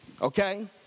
okay